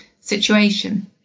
situation